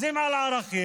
אז אם על ערכים,